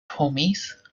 homies